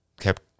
kept